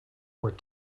where